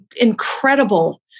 incredible